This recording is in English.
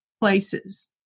places